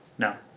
no.